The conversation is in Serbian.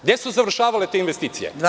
Gde su završavale te investicije?